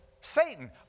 satan